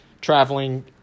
traveling